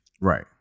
Right